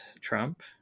Trump